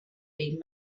been